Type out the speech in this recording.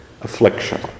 Affliction